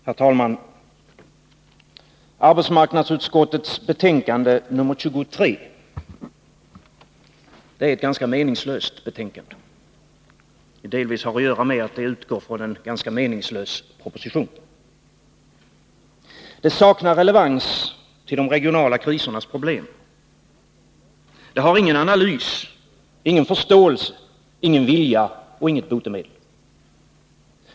Herr talman! Arbetsmarknadsutskottets betänkande nr 23 är ett ganska meningslöst betänkande. Delvis har detta att göra med att betänkandet utgår från en ganska meningslös proposition. Betänkandet saknar relevans till de regionala krisernas problem. I betänkandet finner man ingen analys, ingen förståelse, ingen vilja och inget botemedel.